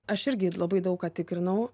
aš irgi labai daug ką tikrinau